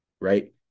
Right